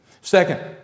Second